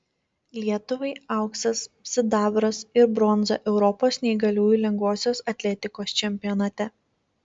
lietuvai auksas sidabras ir bronza europos neįgaliųjų lengvosios atletikos čempionate